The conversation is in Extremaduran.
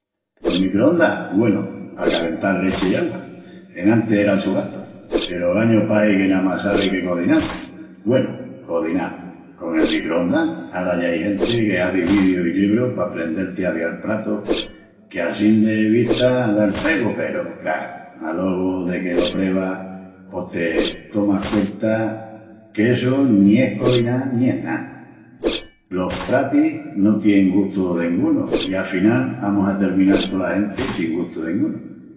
Los microndas... güenu, pa calental lechi i augua. Enantis era el su gastu. Peru ogañu pahi que namás sabi que cozinal, güenu, cozinal, con el microndas. Ara ya ai genti que hazi vidius i librus pa aprendel-ti a avial pratus que assín de vista da el pegu peru, craru, alogu, deque las prevas, pos te tomas cuenta que essu, ni es cozinal ni es ná. Los pratis no tienin gustu dengunu i afinal amus a terminal tola genti sin gustu dengunu.